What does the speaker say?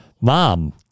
mom